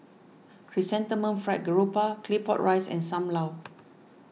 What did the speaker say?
Chrysanthemum Fried Garoupa Claypot Rice and Sam Lau